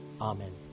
Amen